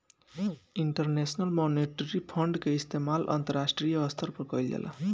international monetary fund के इस्तमाल अंतरराष्ट्रीय स्तर पर कईल जाला